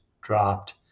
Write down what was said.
dropped